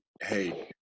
Hey